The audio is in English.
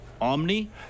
Omni